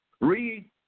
Read